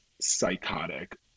psychotic